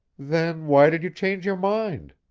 then why did you change your mind?